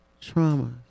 Trauma